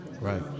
Right